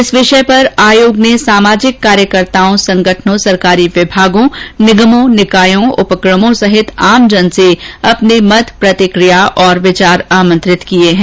इस विषय पर आयोग ने सामाजिक कार्यकर्ताओं संगठनों सरकारी विभागों निगमों निकायों उपक्रमों सहित आमजन से अपने मत प्रतिक्रिया और विचार आमंत्रित किए हैं